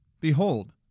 Behold